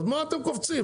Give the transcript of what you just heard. מה אתם קופצים?